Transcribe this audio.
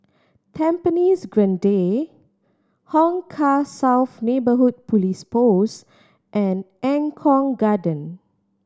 Tampines Grande Hong Kah South Neighbourhood Police Post and Eng Kong Garden